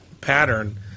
pattern